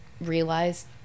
realize